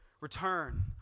return